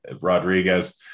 Rodriguez